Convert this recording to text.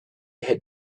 had